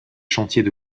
chantiers